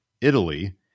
Italy